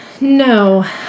No